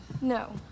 No